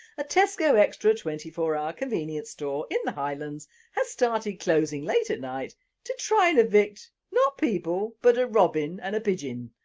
a tesco extra twenty four hour convenience store in the highlands has started closing late at night to try to and evict, not people but a robin and pigeon,